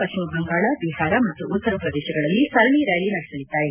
ಪಶ್ಚಿಮ ಬಂಗಾಳ ಬಿಹಾರ ಮತ್ತು ಉತ್ತರಪ್ರದೇಶಗಳಲ್ಲಿ ಸರಣಿ ರ್್ಾಲಿ ನಡೆಸಲಿದ್ದಾರೆ